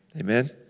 amen